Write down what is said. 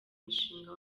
mushinga